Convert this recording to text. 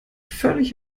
völlig